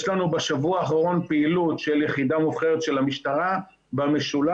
יש לנו בשבוע האחרון פעילות של יחידה מובחרת של המשטרה במשולש,